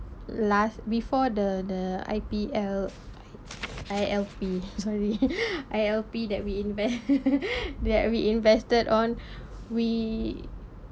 last before the the I_P_L I_L_P sorry I_L_P that we invest that we invested on we